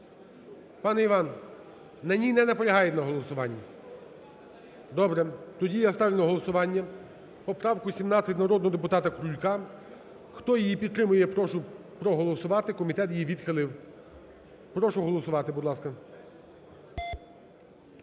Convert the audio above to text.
Пане Іван, на ній не наполягаєте на голосуванні? Добре, тоді я ставлю на голосування поправку 17 народного депутата Крулька, хто її підтримує, прошу проголосувати, комітет її відхилив. Прошу голосувати, будь ласка.